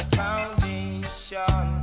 foundation